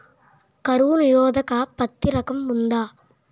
కరువు నిరోధక పత్తి రకం ఉందా?